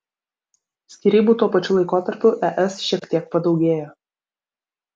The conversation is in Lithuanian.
skyrybų tuo pačiu laikotarpiu es šiek tiek padaugėjo